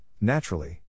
naturally